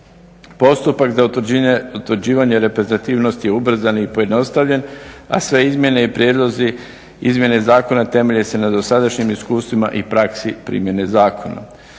Postupak za utvrđivanje reprezentativnosti je ubrzan i pojednostavljen a sve izmjene i prijedlozi izmjene zakona temelje se na dosadašnjim iskustvima i praksi primjene zakona.